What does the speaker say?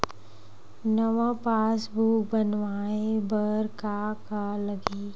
नवा पासबुक बनवाय बर का का लगही?